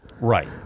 Right